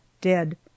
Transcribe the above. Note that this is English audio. dead